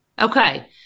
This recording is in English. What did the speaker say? Okay